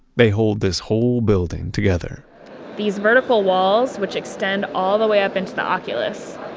they hold this whole building together these vertical walls, which extend all the way up into the oculus,